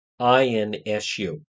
insu